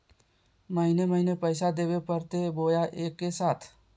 महीने महीने पैसा देवे परते बोया एके साथ?